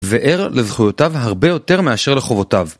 וער לזכויותיו הרבה יותר מאשר לחובותיו.